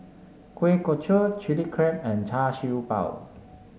Kuih Kochi Chilli Crab and Char Siew Bao